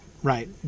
Right